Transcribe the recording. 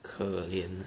可怜